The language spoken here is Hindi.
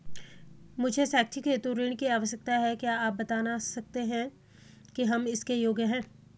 मुझे शैक्षिक हेतु ऋण की आवश्यकता है क्या आप बताना सकते हैं कि हम इसके योग्य हैं?